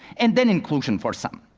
and then inclusion for some.